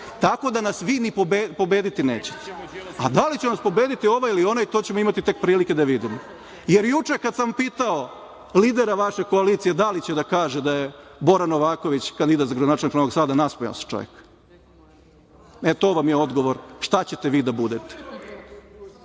Tako da nas vi ni pobediti nećete. Da li će nas pobediti ovaj ili onaj, to ćemo imati tek prilike da vidimo. Juče kad sam pitao lidera vaše koalicije da li će da kaže da je Bora Novaković kandidat za gradonačelnika Novog Sada nasmejao se čovek. To vam je odgovor šta ćete vi da